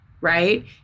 right